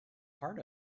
part